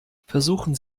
versuchen